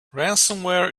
ransomware